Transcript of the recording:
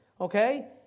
Okay